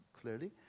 clearly